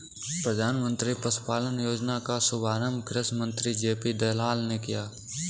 प्रधानमंत्री पशुपालन योजना का शुभारंभ कृषि मंत्री जे.पी दलाल ने किया